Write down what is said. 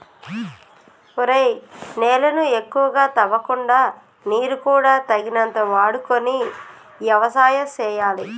ఒరేయ్ నేలను ఎక్కువగా తవ్వకుండా నీరు కూడా తగినంత వాడుకొని యవసాయం సేయాలి